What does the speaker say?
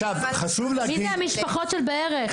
מי זה המשפחות של הבערך?